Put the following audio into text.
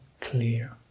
clear